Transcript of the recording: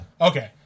Okay